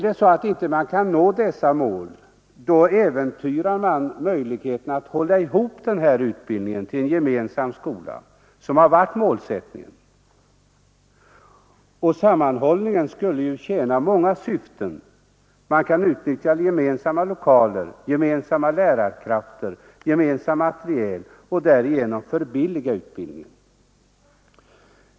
Om man inte kan nå detta mål äventyrar man möjligheterna att hålla ihop utbildningen till en gemensam skola, vilket har varit målsättningen. Sammanhållningen skulle ju tjäna många syften: man kan utnyttja gemensamma lokaler, gemensamma lärarkrafter och gemensam materiel och därigenom förbilliga utbildningen.